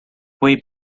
quei